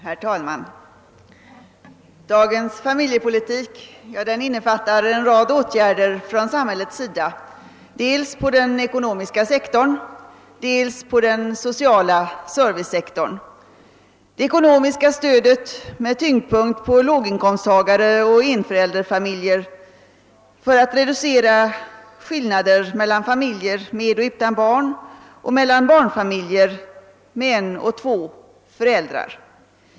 Herr talman! Dagens familjepolitik innefattar en rad åtgärder från samhäl lets sida dels på den ekonomiska sektorn, dels på den sociala servicesektorn. Det ekonomiska stödet med tyngdpunkt på låginkomsttagare och enförälderfamiljer avser att reducera skillnaden mellan familjer med och utan barn och mellan barnfamiljer med en eller två föräldrar.